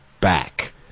back